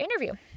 interview